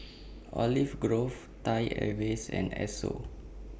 Olive Grove Thai Airways and Esso